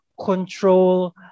control